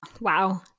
Wow